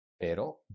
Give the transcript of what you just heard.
pero